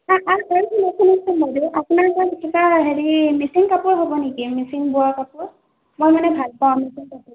আপোনাৰ তাত কিবা হেৰি মিচিং কাপোৰ হ'ব নেকি মিচিং বোৱা কাপোৰ মই মানে ভাল পাওঁ মিচিং কাপোৰ